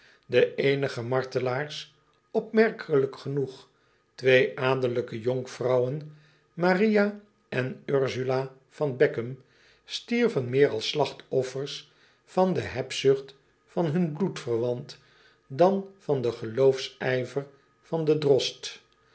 e eenige martelaars opmerkelijk genoeg twee adellijke jonkvrouwen aria en rsula van eckum stierven meer als slachtoffers van de hebzucht van hun bloedverwant dan van den geloofsijver van den drost